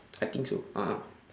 I think so a'ah